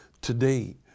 Today